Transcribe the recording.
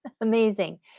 amazing